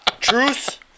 Truth